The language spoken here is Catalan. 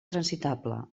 transitable